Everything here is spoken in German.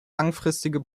langfristige